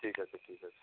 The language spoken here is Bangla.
ঠিক আছে ঠিক আছে